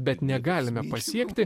bet negalime pasiekti